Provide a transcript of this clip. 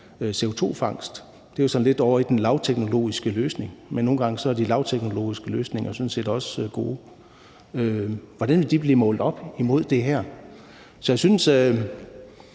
CO2-fangst? Det er jo sådan lidt ovre i den lavteknologiske løsning, men nogle gange er de lavteknologiske løsninger sådan set også gode. Hvordan vil det blive målt op imod det her? Så jeg synes,